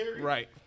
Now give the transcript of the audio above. Right